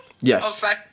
Yes